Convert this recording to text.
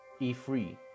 E3